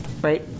right